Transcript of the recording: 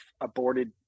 aborted